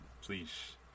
please